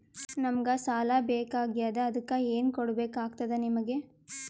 ನಮಗ ಸಾಲ ಬೇಕಾಗ್ಯದ ಅದಕ್ಕ ಏನು ಕೊಡಬೇಕಾಗ್ತದ ನಿಮಗೆ?